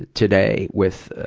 today with, ah,